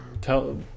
tell